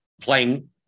playing